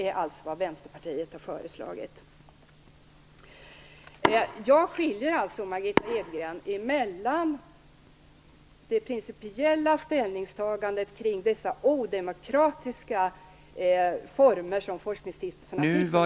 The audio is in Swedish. Vad Vänsterpartiet har föreslagit är alltså att man skall låta pengarna ligga kvar.